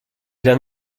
для